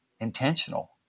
intentional